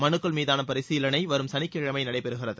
மனுக்கள் மீதான பரிசீலினை வரும் சனிக்கிழமை நடைபெறுகிறது